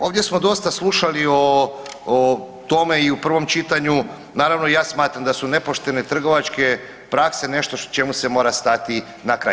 Ovdje smo dosta slušali o tome i u prvom čitanju, naravno i ja smatram da su nepoštene trgovačke prakse nešto čemu se mora stati na kraj.